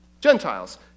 Gentiles